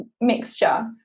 mixture